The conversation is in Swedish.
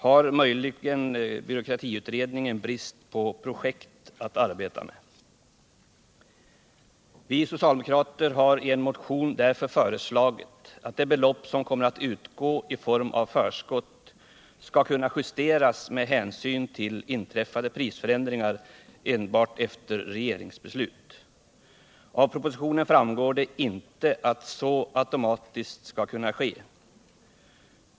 Har möjligen byråkratiutredningen brist på projekt? Vi socialdemokrater har därför i en motion föreslagit att det belopp som kommer att utgå i form av förskott skall kunna justeras med hänsyn till inträffade prisförändringar enbart efter regeringsbeslut. Av propositionen framgår det inte att så skall kunna ske automatiskt.